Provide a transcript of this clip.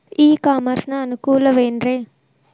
E commerce ನ ಅನುಕೂಲವೇನ್ರೇ?